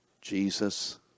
Jesus